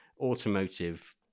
automotive